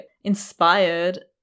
inspired